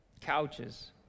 Couches